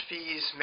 Fees